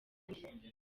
neza